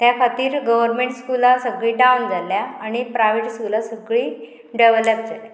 त्या खातीर गोवोरमेंट स्कुलां सगळीं डावन जाल्या आनी प्रायवेट स्कुलां सगळीं डेवलप जाल्या